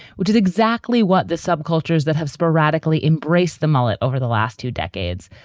which is exactly what the subcultures that have sporadically embraced the mullet over the last two decades.